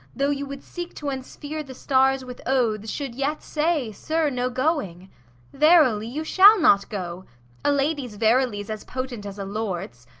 though you would seek to unsphere the stars with oaths, should yet say sir, no going verily, you shall not go a lady's verily is as potent as a lord's.